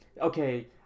Okay